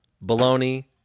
bologna